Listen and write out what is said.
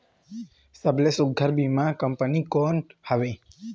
सबले सुघ्घर बीमा कंपनी कोन हवे?